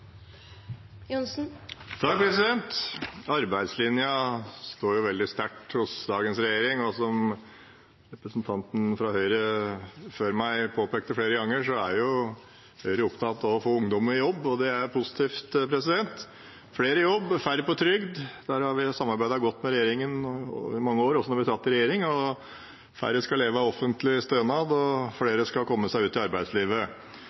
Arbeidslinja står veldig sterkt hos dagens regjering. Som representanten fra Høyre før meg påpekte flere ganger, er Høyre opptatt av å få ungdom i jobb, og det er positivt: flere i jobb, færre på trygd. Der har vi samarbeidet godt med regjeringen i mange år, også da vi satt i regjering. Færre skal leve av offentlige stønader, og flere skal komme seg ut i arbeidslivet.